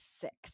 six